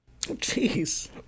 Jeez